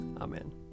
Amen